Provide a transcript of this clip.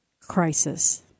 crisis